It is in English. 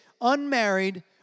unmarried